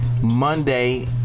Monday